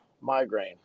migraine